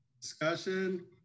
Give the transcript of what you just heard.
Discussion